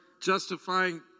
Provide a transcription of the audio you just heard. justifying